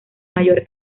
mayor